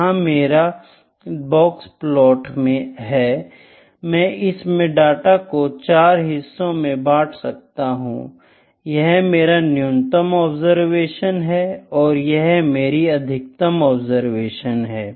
यह मेरा बॉक्सप्लॉट है मैं इसमें डाटा को चार हिस्सों में बांट रहा हूं यह मेरी न्यूनतम ऑब्जरवेशन है और यह मेरी अधिकतम ऑब्जरवेशन है